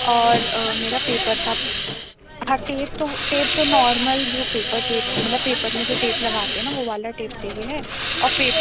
और मेरा पेपर था हाँ टेप तो टेप तो नॉर्मल जो पेपर टेप मतलब पेपर में जो टेप लगाते हैं ना वह वाला टेप चाहिए है और पेप